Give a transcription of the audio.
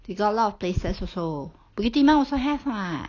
they got a lot of places also bukit timah also have [what]